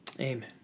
amen